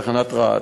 תחנת רהט,